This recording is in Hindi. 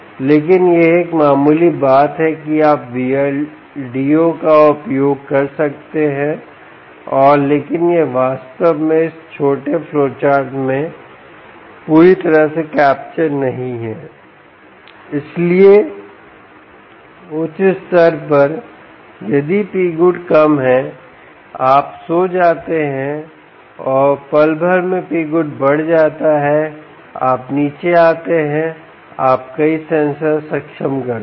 लेकिन यह एक मामूली बात है कि आप Vldo का उपयोग कर सकते हैं और लेकिन यह वास्तव में इस छोटे फ्लोचार्ट में पूरी तरह से कैप्चर नहीं है इसलिए उच्च स्तर पर यदि Pgood कम है आप सो जाते हैं और पल भर में Pgood बढ़ जाता है आप नीचे आते हैं आप कई सेंसर सक्षम करते हैं